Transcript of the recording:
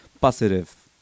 positive